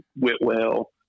Whitwell